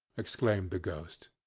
exclaimed the ghost.